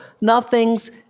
Nothing's